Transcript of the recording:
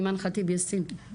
אימאן ח'טיב יאסין.